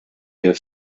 der